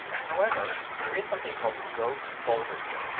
however there is something called go to folder here.